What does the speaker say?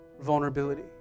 vulnerability